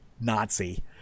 Nazi